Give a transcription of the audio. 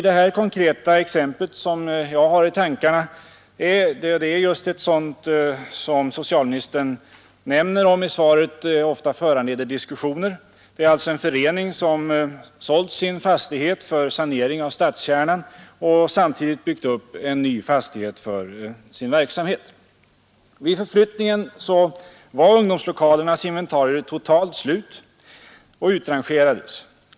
Det konkreta exempel som jag har i tankarna är just ett sådant som enligt vad socialministern säger i svaret ofta föranleder diskussioner. Det gäller en förening som sålde sin fastighet för s.k. sanering av stadskärnan och som samtidigt uppförde en ny fastighet för sin verksamhet. Vid tiden för förflyttningen var ungdomslokalernas inventarier totalt slut och utrangerades.